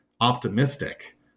optimistic